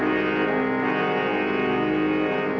the